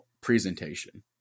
presentation